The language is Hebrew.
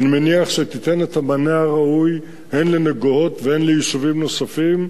אני מניח שתיתן את המענה הראוי הן לנגוהות והן ליישובים נוספים,